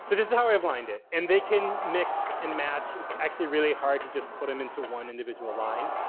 so this is how i've aligned it and they can mix and match. it's actually really hard to just put them into one individual line.